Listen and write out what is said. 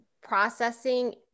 processing